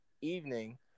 evening